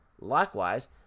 Likewise